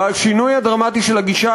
השינוי הדרמטי של הגישה,